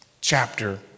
chapter